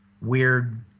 weird